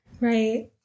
Right